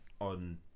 on